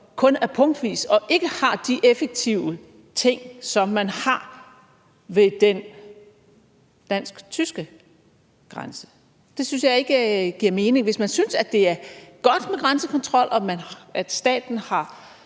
kun er punktvis og ikke har de effektive ting, som der er ved den dansk-tyske grænse? Det synes jeg ikke giver mening. Hvis man synes, at det er godt med grænsekontrol, og at staten har